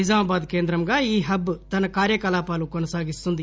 నిజామాబాద్ కేంద్రంగా ఈ హబ్ తన కార్యకలాపాలు కొనసాగిస్తుంది